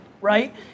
right